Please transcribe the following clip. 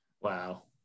Wow